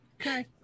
Okay